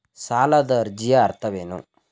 ಸಾಲದ ಅರ್ಜಿಯ ಅರ್ಥವೇನು?